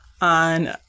on